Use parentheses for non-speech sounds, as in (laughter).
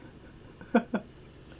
(laughs)